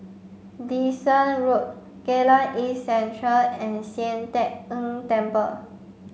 Dyson Road Geylang East Central and Sian Teck Tng Temple